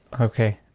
Okay